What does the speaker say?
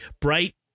bright